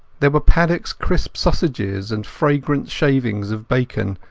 there were paddockas crisp sausages and fragrant shavings of bacon,